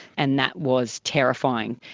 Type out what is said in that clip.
and that was terrifying.